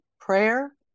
prayer